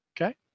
okay